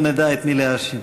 אנחנו נדע את מי להאשים.